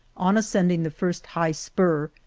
on ascending the first high spur,